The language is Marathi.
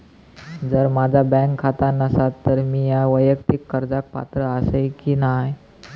जर माझा बँक खाता नसात तर मीया वैयक्तिक कर्जाक पात्र आसय की नाय?